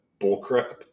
bullcrap